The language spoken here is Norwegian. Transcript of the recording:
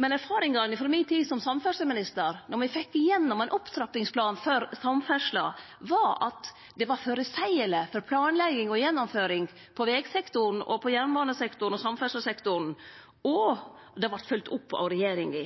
Men erfaringane frå mi tid som samferdsleminister, då me fekk igjennom ein opptrappingsplan for samferdsla, var at det var føreseieleg for planlegging og gjennomføring – på vegsektoren, på jernbanesektoren og samferdslesektoren – og det vart følgt opp av regjeringa.